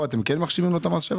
פה אתם מחשיבים לו את המס?